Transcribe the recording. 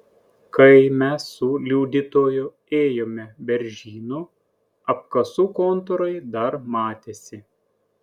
kai mes su liudytoju ėjome beržynu apkasų kontūrai dar matėsi